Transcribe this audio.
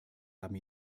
haben